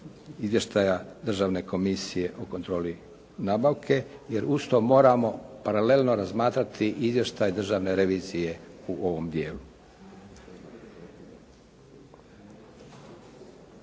izvještaja državne komisije o kontroli nabavke jer uz to moramo paralelno razmatrati izvještaj državne komisije u ovom dijelu.